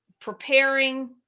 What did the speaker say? preparing